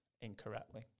incorrectly